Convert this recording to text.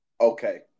Okay